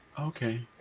Okay